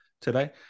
today